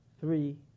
three